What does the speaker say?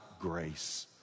grace